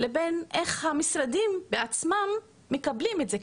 לבין איך המשרדים עצמם מקבלים את זה,